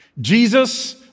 Jesus